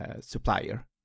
supplier